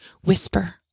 Whisper